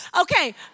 Okay